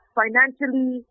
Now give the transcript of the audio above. financially